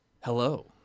hello